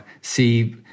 See